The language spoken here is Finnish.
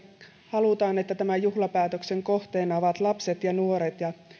halutaan että tämän juhlapäätöksen kohteena ovat lapset ja nuoret ja